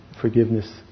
forgiveness